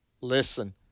listen